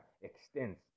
extends